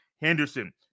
Henderson